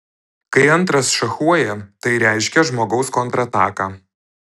kai antras šachuoja tai reiškia žmogaus kontrataką